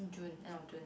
June end of June